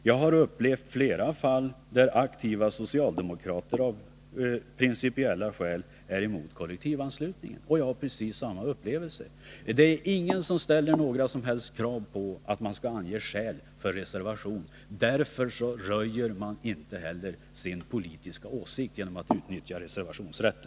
Jag har upplevt flera fall där aktiva socialdemokrater av principiella skäl är emot kollektivanslutning.” Jag har precis samma upplevelser. Ingen ställer några som helst krav på att man skall ange skäl för reservation. Därför röjer man inte heller sin politiska åsikt genom att utnyttja reservationsrätten.